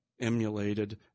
emulated